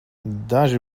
daži